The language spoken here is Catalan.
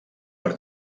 per